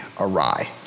awry